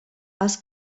els